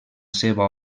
seva